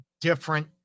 different